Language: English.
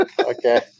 okay